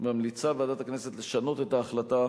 ממליצה ועדת הכנסת לשנות את החלטתה